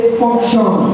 function